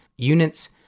Units